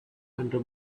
under